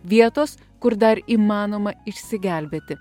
vietos kur dar įmanoma išsigelbėti